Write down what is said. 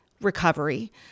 recovery